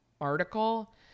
article